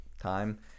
Time